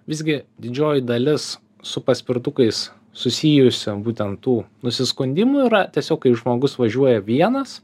visgi didžioji dalis su paspirtukais susijusių būtent tų nusiskundimų yra tiesiog kai žmogus važiuoja vienas